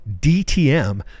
dtm